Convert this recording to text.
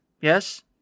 Yes